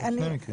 היו שני מקרים...